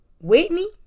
Whitney